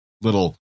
little